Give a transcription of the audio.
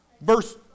Verse